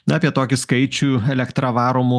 na apie tokį skaičių elektra varomų